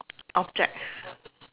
object